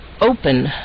Open